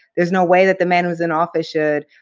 there's no way that the man who's in office should